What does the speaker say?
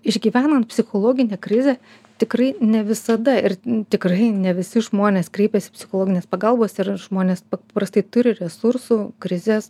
išgyvenant psichologinę krizę tikrai ne visada ir tikrai ne visi žmonės kreipiasi psichologinės pagalbos ir žmonės paprastai turi resursų krizes